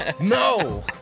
No